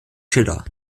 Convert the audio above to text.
schiller